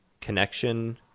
connection